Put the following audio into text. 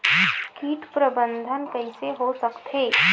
कीट प्रबंधन कइसे हो सकथे?